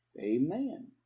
Amen